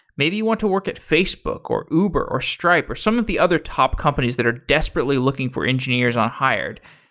maybe you want to work at facebook, or uber, or stripe, or some of the other top companies that are desperately looking for engineers on hired?